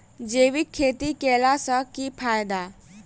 जैविक खेती केला सऽ की फायदा?